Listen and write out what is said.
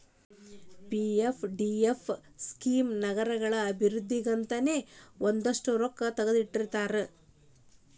PFDF scheme ನಗರಗಳ ಅಭಿವೃದ್ಧಿಗಂತನೇ ಒಂದಷ್ಟ್ ರೊಕ್ಕಾ ತೆಗದಿಟ್ಟಿರ್ತಾರ